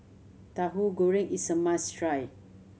Tahu Goreng is a must try